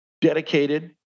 dedicated